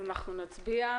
אם לא אז נצביע.